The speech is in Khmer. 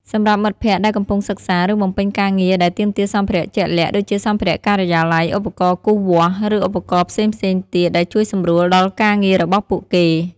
សម្រាប់មិត្តភក្តិដែលកំពុងសិក្សា ឬបំពេញការងារដែលទាមទារសម្ភារៈជាក់លាក់ ដូចជាសម្ភារៈការិយាល័យ ឧបករណ៍គូសវាស់ ឬឧបករណ៍ផ្សេងៗទៀតដែលជួយសម្រួលដល់ការងាររបស់ពួកគេ។